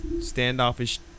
standoffish